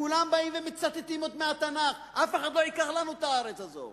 כולם באים ומצטטים מהתנ"ך: אף אחד לא ייקח לנו את הארץ הזו.